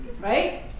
Right